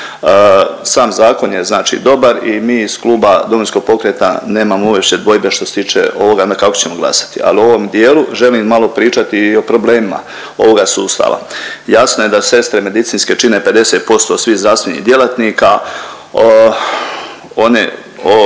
Sam zakon je znači dobar i mi iz kluba Domovinskog pokreta nemamo uopće dvojbe što se tiče ovoga kako ćemo glasati. Ali o ovom dijelu želim malo pričati o problemima ovoga sustava. Jasno je da sestre medicinske čine 50% svih zdravstvenih djelatnika, o